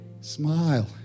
Smile